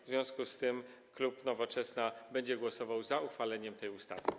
W związku z tym klub Nowoczesna będzie głosował za uchwaleniem tej ustawy.